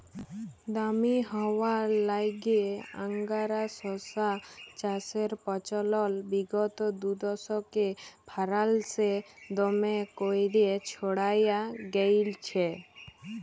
দামি হউয়ার ল্যাইগে আংগারা শশা চাষের পচলল বিগত দুদশকে ফারাল্সে দমে ক্যইরে ছইড়ায় গেঁইলছে